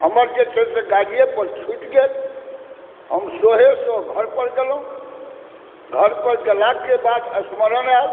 हमर जे छै से गाड़िएपर छुटि गेल हम सोहे सोह घरपर गेलहुँ घरपर गेलाके बाद स्मरण आएल